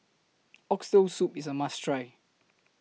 Oxtail Soup IS A must Try